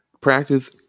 practice